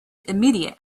immediate